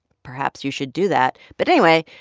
perhaps you should do that. but anyway,